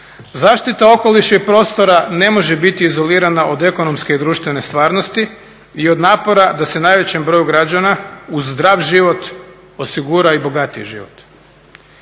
Zaštita okoliša i prostora ne može biti izolirana od ekonomske i društvene stvarnosti i od napora da se najvećem broju građana uz zdrav život osigura i bogatiji život.